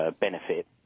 benefit